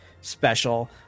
special